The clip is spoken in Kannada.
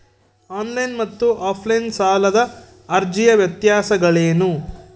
ಆನ್ ಲೈನ್ ಮತ್ತು ಆಫ್ ಲೈನ್ ಸಾಲದ ಅರ್ಜಿಯ ವ್ಯತ್ಯಾಸಗಳೇನು?